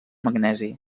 magnesi